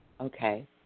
Okay